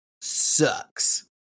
sucks